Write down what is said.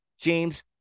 James